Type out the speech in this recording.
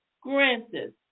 Granted